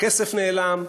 הכסף נעלם,